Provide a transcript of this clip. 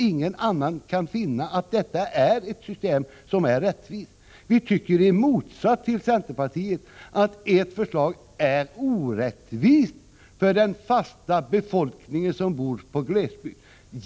Ingen annan kan finna att ert system är rättvist. Vi tycker tvärtom att centerpartiets förslag är orättvist för den fasta befolkning som bor i glesbygden.